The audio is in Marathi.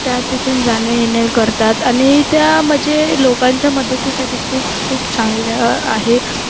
त्या तिथून जाणं येणंही करतात आणि त्या म्हणजे लोकांच्या मदतीसाठी खूप खूप चांगल्या आहे